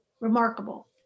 remarkable